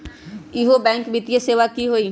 इहु बैंक वित्तीय सेवा की होई?